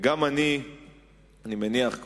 אני מניח שגם אני,